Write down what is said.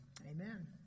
amen